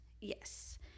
Yes